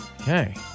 Okay